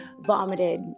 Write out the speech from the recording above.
vomited